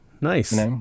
Nice